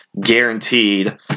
guaranteed